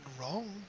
wrong